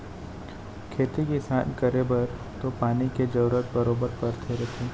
खेती किसान करे बर तो पानी के जरूरत बरोबर परते रथे